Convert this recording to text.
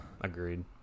Agreed